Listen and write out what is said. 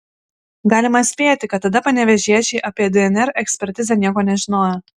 galima spėti kad tada panevėžiečiai apie dnr ekspertizę nieko nežinojo